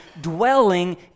dwelling